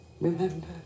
Remember